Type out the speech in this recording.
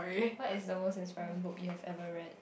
what is the most inspiring book you have ever read